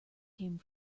came